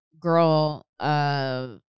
girl